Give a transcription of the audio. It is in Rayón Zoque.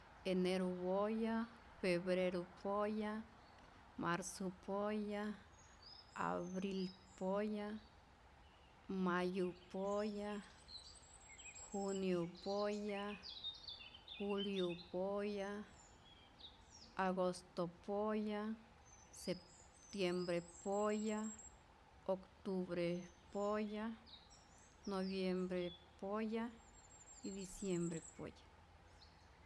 Eneru boya febreru poya marzu poya abril poya mayu poya junio poya julio poya agosto poya septiembre poya octubre poya nodiembre poya y diciembre poya